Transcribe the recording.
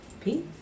Peace